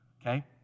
okay